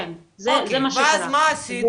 אוקיי, ואז מה עשית?